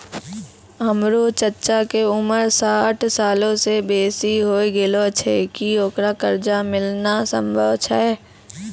हमरो चच्चा के उमर साठ सालो से बेसी होय गेलो छै, कि ओकरा कर्जा मिलनाय सम्भव छै?